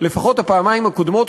לפחות הפעמיים הקודמות,